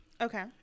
Okay